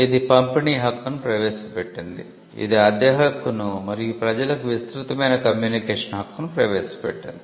ఇది పంపిణీ హక్కును ప్రవేశపెట్టింది ఇది అద్దె హక్కును మరియు ప్రజలకు విస్తృతమైన కమ్యూనికేషన్ హక్కును ప్రవేశపెట్టింది